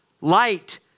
Light